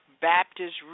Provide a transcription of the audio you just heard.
Baptist